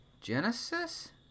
Genesis